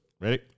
ready